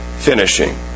finishing